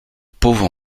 pauvre